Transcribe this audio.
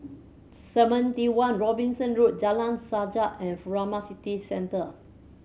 Seventy One Robinson Road Jalan Sajak and Furama City Centre